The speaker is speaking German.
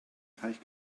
teich